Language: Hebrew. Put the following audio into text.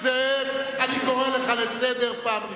אני קורא לך לסדר פעם ראשונה.